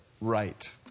right